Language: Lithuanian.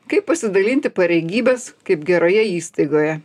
kaip pasidalinti pareigybes kaip geroje įstaigoje